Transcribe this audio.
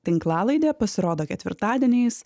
tinklalaidė pasirodo ketvirtadieniais